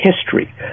history